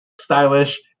stylish